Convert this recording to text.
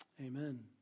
Amen